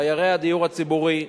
דיירי הדיור הציבורי,